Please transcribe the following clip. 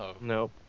Nope